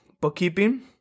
bookkeeping